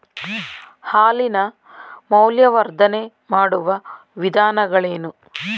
ಹಾಲಿನ ಮೌಲ್ಯವರ್ಧನೆ ಮಾಡುವ ವಿಧಾನಗಳೇನು?